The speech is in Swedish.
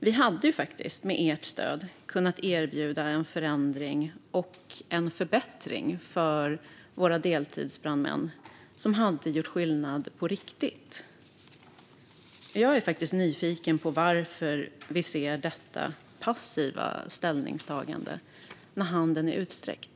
Vi hade med ert stöd kunnat erbjuda en förändring och en förbättring för våra deltidsbrandmän som hade gjort skillnad på riktigt. Jag är nyfiken på varför vi ser detta passiva ställningstagande när handen är utsträckt.